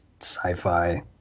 sci-fi